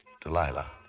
Delilah